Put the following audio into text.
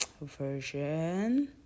version